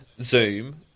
Zoom